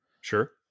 Sure